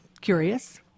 curious